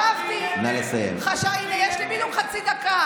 אדוני היו"ר,